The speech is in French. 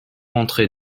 entrés